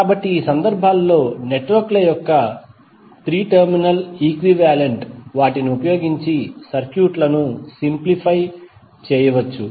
కాబట్టి ఈ సందర్భాలలో నెట్వర్క్ ల యొక్క 3 టెర్మినల్ ఈక్వివాలెంట్ వాటిని ఉపయోగించి సర్క్యూట్లను సింప్లిఫై చేయవచ్చు